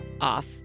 off